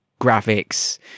graphics